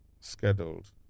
scheduled